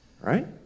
Right